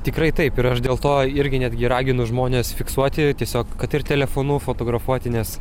tikrai taip ir aš dėl to irgi netgi raginu žmones fiksuoti tiesiog kad ir telefonu fotografuoti nes